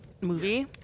movie